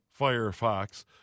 Firefox